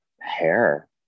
hair